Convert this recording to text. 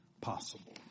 possible